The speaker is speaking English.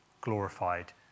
glorified